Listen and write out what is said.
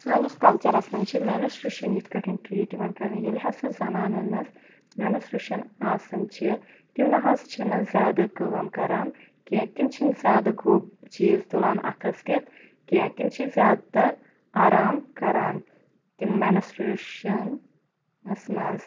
سٲنِس کَلچَرَس مَنٛز چھِ میٚنسُریشَن یِتھٕ پٲٹھٮ۪ن ٹریٖٹ یوان کَرنہٕ ییٚلہِ ہَسا زنانن مَنٛز میٚنسُریشَن آسان چھِ تِم نہَ حظ چھِ نہٕ زیادٕ کٲم کَران کیٚنٛہہ تِم چھِ نہٕ زیادٕ گوٚب چیٖز تُلان اَتھَس کٮ۪تھ کیٚنٛہہ تِم چھِ زیاد تر آرام کَران تِم میٚنسُریشَنَس مَنٛز